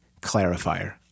clarifier